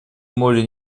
моря